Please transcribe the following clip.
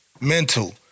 mental